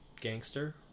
gangster